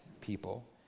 people